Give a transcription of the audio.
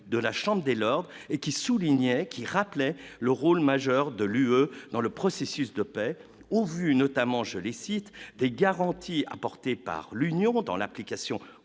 de la Chambre des lords et qui soulignait, qui rappelait le rôle majeur de l'UE dans le processus de paix au vu notamment, je les cite des garanties apportées par l'Union dans l'application